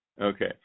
Okay